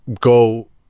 go